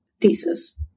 thesis